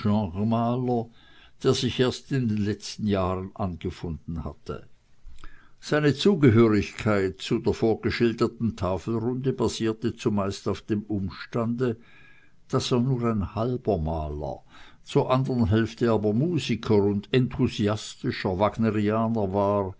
der sich erst in den letzten jahren angefunden hatte seine zugehörigkeit zu der vorgeschilderten tafelrunde basierte zumeist auf dem umstande daß er nur ein halber maler zur andern hälfte aber musiker und enthusiastischer wagnerianer war